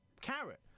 carrot